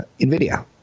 NVIDIA